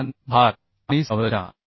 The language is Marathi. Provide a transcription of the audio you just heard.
वर्तमान भार आणि संरचना